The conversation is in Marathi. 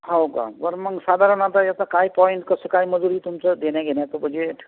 हो का बरं मग साधारण आता याचं काय पॉईंट कसं काय मजुरी तुमच्या देण्याघेण्याचं बजेट